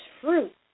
fruit